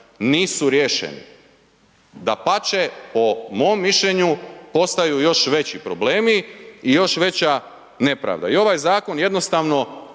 Nisu riješeni. Dapače, po mom mišljenju postaju još veći problemi i još veća nepravda i ovaj zakon jednostavno